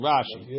Rashi